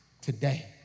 today